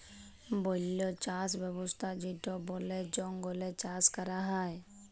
বল্য চাস ব্যবস্থা যেটা বলে জঙ্গলে চাষ ক্যরা হ্যয়